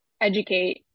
educate